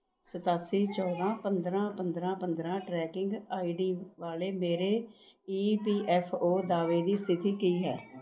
ਸਤਾਸੀ ਚੌਦ੍ਹਾਂ ਪੰਦਰ੍ਹਾਂ ਪੰਦਰ੍ਹਾਂ ਪੰਦਰ੍ਹਾਂ ਟਰੈਕਿੰਗ ਆਈ ਡੀ ਵਾਲੇ ਮੇਰੇ ਈ ਪੀ ਐੱਫ ਓ ਦਾਅਵੇ ਦੀ ਸਥਿਤੀ ਕੀ ਹੈ